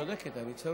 צודקת, אני צרוד.